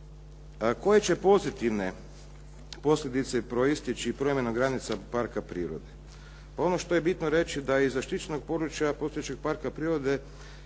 Koje će pozitivne posljedice proisteći promjenom granica parka prirode? Pa ono što je bitno reći da je iz zaštićenog područja postojećeg parka prirode,